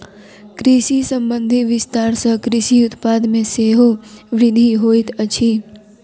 कृषि संबंधी विस्तार सॅ कृषि उत्पाद मे सेहो वृद्धि होइत अछि